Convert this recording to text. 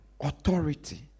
authority